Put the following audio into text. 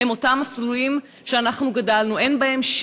הם אותם מסלולים שאנחנו גדלנו בהם,